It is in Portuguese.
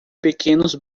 pequenos